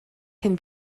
can